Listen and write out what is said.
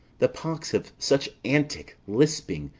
the pox of such antic, lisping,